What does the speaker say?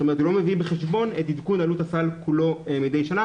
הוא לא מביא בחשבון את עדכון עלות הסל כולו מדי שנה,